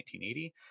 1980